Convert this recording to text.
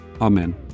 Amen